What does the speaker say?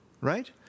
Right